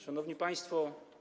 Szanowni Państwo!